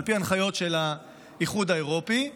על פי ההנחיות של האיחוד האירופי,